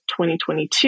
2022